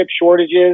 shortages